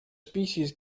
species